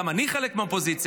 וגם אני חלק מהאופוזיציה,